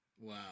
Wow